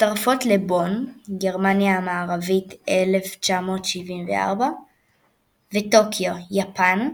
מצטרפות לבון גרמניה המערבית, 1974 וטוקיו יפן,